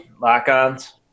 lock-ons